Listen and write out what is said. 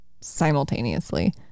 simultaneously